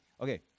Okay